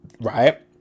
right